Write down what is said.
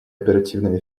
оперативной